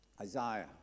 Isaiah